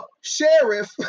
sheriff